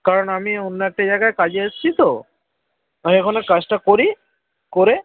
কারণ আমি অন্য একটা জায়গায় কাজে এসেছি তো আমি এখন ও কাজটা করি করে